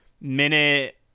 minute